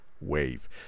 wave